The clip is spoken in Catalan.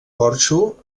porxo